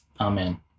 Amen